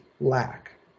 lack